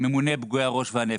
ממונה פגועי הראש והנפש.